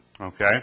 okay